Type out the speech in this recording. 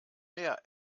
mehr